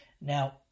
Now